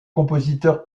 compositeur